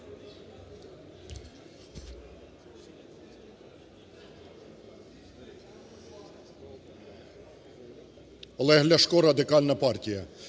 Олег Ляшко, Радикальна партія.